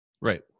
Right